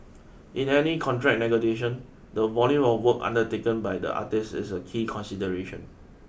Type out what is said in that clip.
in any contract negotiation the volume of work undertaken by the artiste is a key consideration